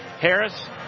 Harris